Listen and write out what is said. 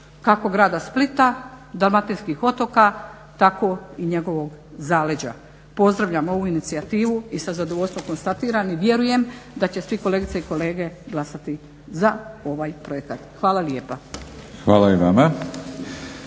kako grada Splita, dalmatinskih otoka tako i njegovog zaleđa. Pozdravljam ovu inicijativu i sa zadovoljstvom konstatiram i vjerujem da će svi kolegice i kolege glasati za ovaj projekat. Hvala lijepa. **Batinić,